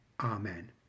Amen